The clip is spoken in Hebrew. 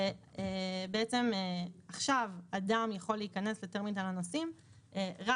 ועכשיו אדם יכול להיכנס לטרמינל הנוסעים רק